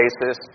basis